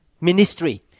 ministry